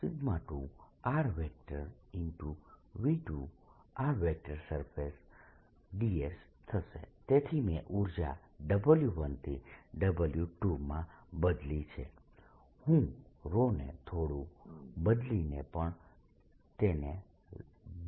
તેથી મેં ઉર્જા W1 થી W2 માં બદલી છે હું ને થોડું બદલીને પણ તેને બદલી શકું છું